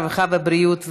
הרווחה והבריאות.